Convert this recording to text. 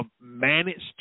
managed